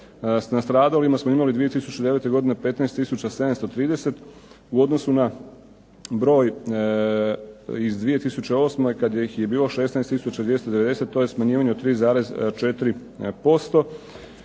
nastradalima smo imali 2009. godine 15 tisuća 730 u odnosu na broj iz 2008. kada ih je bilo 16 tisuća 290. To je smanjivanje od 3,4%.